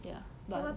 ya but